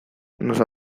nos